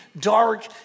dark